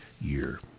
year